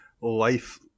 life